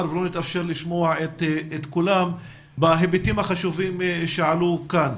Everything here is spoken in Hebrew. ולא התאפשר לשמוע את כולם בהיבטים החשובים שעלו כאן.